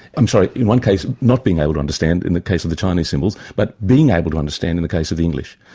i'm sorry, in one case not being able to understand, in the case of the chinese symbols, but being able to understand in the case of english.